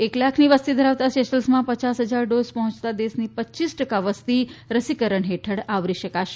એક લાખની વસ્તી ધરાવતા સેશલ્સમાં પચાસ હજાર ડોઝ પહોંચતા દેશની પચ્યીસ ટકા વસ્તી રસીકરણ હેઠળ આવરી શકાશે